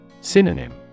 Synonym